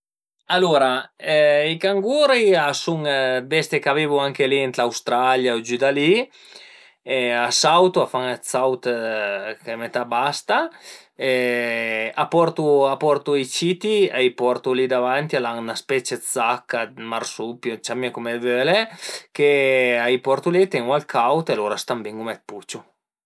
Alura i canguri a sun dë bestie ch'a vivu anche li ën l'Australia o giü da li e a sautu, a fan d'saut che metà basta e a portu a portu i citi, a i portu li davanti al an 'na specie dë sacca, marsupio, ciama cume völe che a i portu li, ten-u al caud e lur a stan bin cume dë puciu